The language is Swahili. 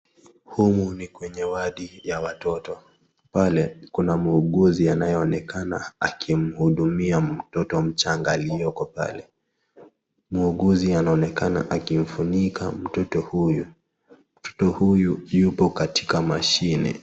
Humu ni kwenye wadi ya watoto. Pale kuna muuguzi anayeonekana akimhudumia mtoto mchanga aliyoko pale. Muuguzi anaonekana akimfunika mtoto huyu. Mtoto huyu yupo katika mashine.